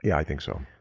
yeah i think so.